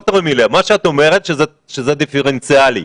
ד"ר אמיליה, מה שאת אומרת הוא שזה דיפרנציאלי.